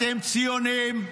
אתם ציונים,